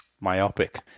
myopic